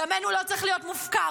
דמנו לא צריך להיות מופקר.